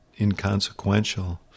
inconsequential